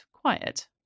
quiet